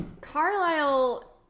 Carlisle